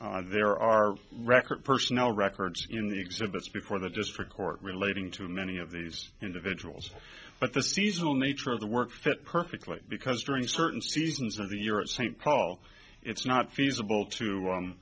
five there are records personnel records in the exhibits before the district court relating to many of these individuals but the seasonal nature of the work fit perfectly because during certain seasons of the year at st paul it's not feasible to